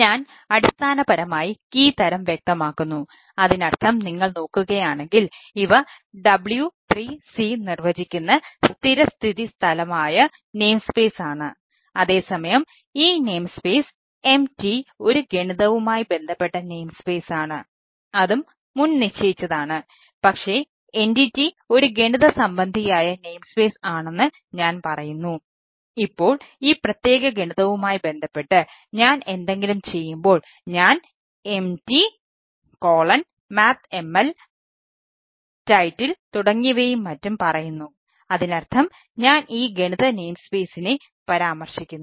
ഞാൻ അടിസ്ഥാനപരമായി കീ പരാമർശിക്കുന്നു